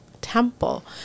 temple